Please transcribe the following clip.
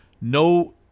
No